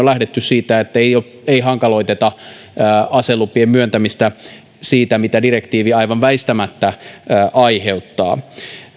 lähdetty siitä että ei hankaloiteta aselupien myöntämistä siitä mitä direktiivi aivan väistämättä aiheuttaa